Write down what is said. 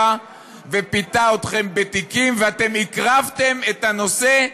ופיתה אתכם בתיקים והקרבתם את הנושא,